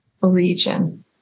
region